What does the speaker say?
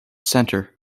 center